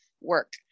work